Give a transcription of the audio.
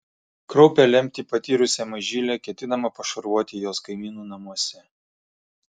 kraupią lemtį patyrusią mažylę ketinama pašarvoti jos kaimynų namuose